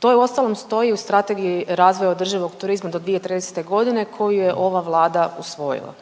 To uostalom i stoji u Strategiji razvoja održivog turizma do 2030.g. koju je ova Vlada usvojila.